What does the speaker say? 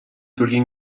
walking